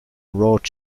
rod